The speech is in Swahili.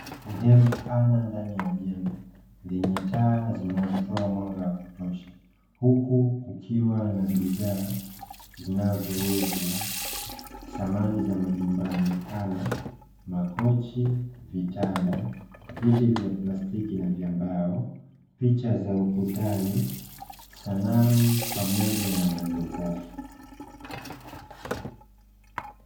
Sehemu pana ndani ya jengo lenye taa zinazotoa mwanga wa kutosha, huku kukiwa na bidhaa zinazouzwa samani za majumbani kama makochi, vitanda, viti vya plastiki na vya mbao picha za ukutani, sanamu pamoja na majokofu.